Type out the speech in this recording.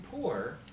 poor